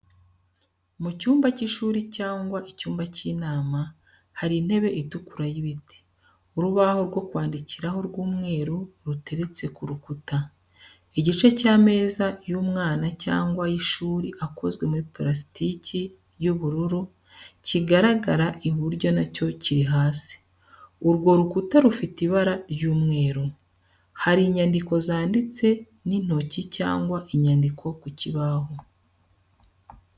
Mu cyumba cy'ishuri cyangwa icyumba cy'inama, hari intebe itukura y'ibiti, urubaho rwo kwandikiraho rw'umweru ruteretse ku rukuta. Igice cy'ameza y'umwana cyangwa y'ishuri akozwe muri parasitiki y'ubururu, kigaragara iburyo na cyo kiri hasi. Urwo rukuta rufite ibara ry'umweru. Hari inyandiko zanditse n'intoki cyangwa inyandiko ku kibaho.